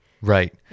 Right